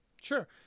Sure